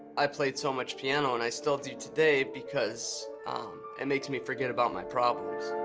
i played so much piano and i still do today, because it makes me forget about my problems.